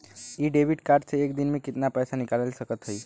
इ debit card से एक दिन मे कितना पैसा निकाल सकत हई?